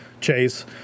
chase